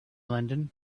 london